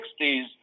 1960s